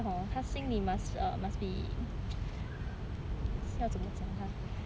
the guy hor 他心里 must must be 要这么讲 ah